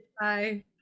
bye